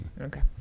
okay